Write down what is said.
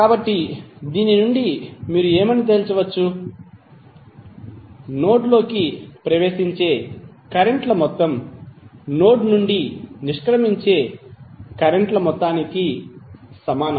కాబట్టి దీని నుండి మీరు ఏమని తేల్చవచ్చు నోడ్ లోకి ప్రవేశించే కరెంట్ ల మొత్తం నోడ్ నుండి నిష్క్రమించే కరెంట్ ల మొత్తానికి సమానం